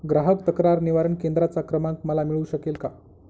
ग्राहक तक्रार निवारण केंद्राचा क्रमांक मला मिळू शकेल का?